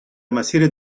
مسیر